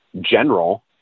general